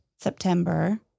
September